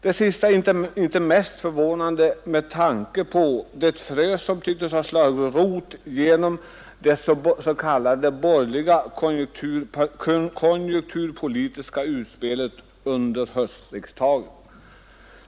Det sista är inte minst förvånande med tanke på det frö som tycktes ha slagit rot genom det s.k. borgerliga konjunkturpolitiska utspelet under höstriksdagen.